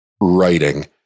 writing